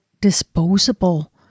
disposable